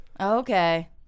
Okay